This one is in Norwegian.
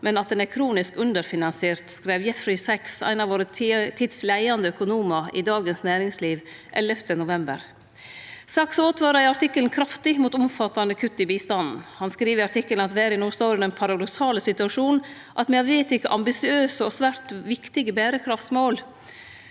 men at den er kronisk underfinansiert» skreiv Jeffrey Sachs, ein av vår tids leiande økonomar i Dagens Næringsliv 12. november. Sachs åtvarar i artikkelen kraftig mot omfattande kutt i bistanden. Han skriv i artikkelen at verda no står i den paradoksale situasjonen at me har vedteke ambisiøse og svært viktige berekraftsmål.